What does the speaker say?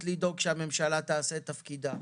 ותפקידן לדאוג שהממשלה תעשה את תפקידה.